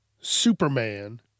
Superman